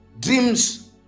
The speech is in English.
Dreams